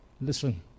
listen